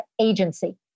agency